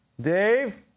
Dave